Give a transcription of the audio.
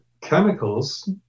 chemicals